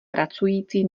pracující